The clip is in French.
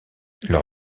leur